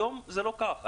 היום זה לא כך.